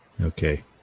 Okay